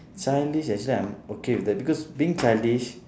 childish actually I'm okay with that because being childish